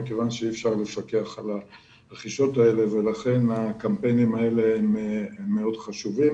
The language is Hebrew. מכיוון שאי אפשר לפקח על הרכישות האלה ולכן הקמפיינים האלה מאוד חשובים